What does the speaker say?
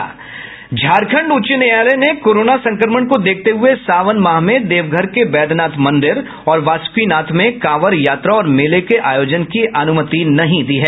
झारखण्ड उच्च न्यायालय ने कोरोना संक्रमण को देखते हये सावन माह में देवघर के वैद्यनाथ मंदिर और वासुकीनाथ में कांवर यात्रा और मेले के आयोजन की अनुमति नहीं दी है